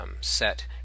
set